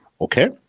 okay